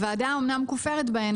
הוועדה אמנם כופרת בהם,